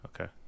okay